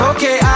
Okay